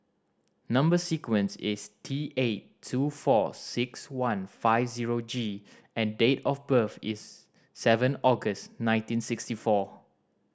number sequence is T eight two four six one five zero G and date of birth is seven August nineteen sixty four